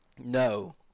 No